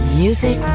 music